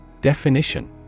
Definition